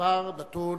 שהדבר נתון